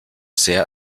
sehr